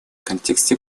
контексте